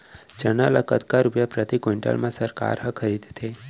चना ल कतका रुपिया प्रति क्विंटल म सरकार ह खरीदथे?